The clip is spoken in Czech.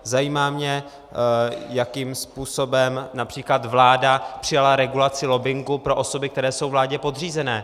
Zajímá mě, jakým způsobem např. vláda přijala regulaci lobbingu pro osoby, které jsou vládě podřízené.